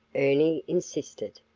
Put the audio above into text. ernie insisted.